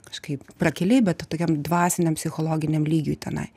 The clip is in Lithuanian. kažkaip prakiliai bet tokiam dvasiniam psichologiniam lygiui tenai